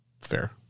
Fair